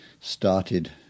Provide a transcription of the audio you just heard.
started